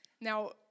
Now